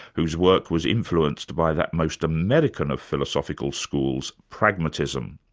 whose work was influenced by that most american of philosophical schools, pragmatism.